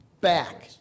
Back